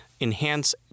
enhance